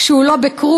כשהוא לא בקרוז,